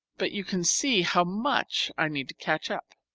but you can see how much i need to catch up.